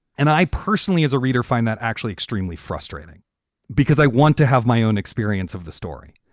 and i personally, as a reader, find that actually extremely frustrating because i want to have my own experience of the story.